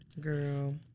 Girl